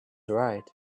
right